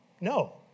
No